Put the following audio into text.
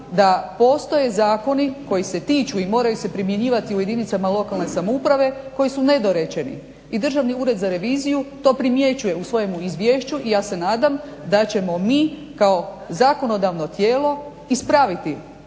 da postoje zakoni koji se tiču i moraju se primjenjivati u jedinicama lokalne samouprave koji su nedorečeni i Državni ured za reviziju to primjećuje u svojemu izvješću. I ja se nadam da ćemo mi kao zakonodavno tijelo ispraviti